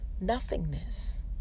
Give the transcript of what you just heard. nothingness